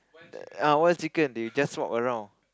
err one chicken they just walk around